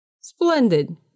Splendid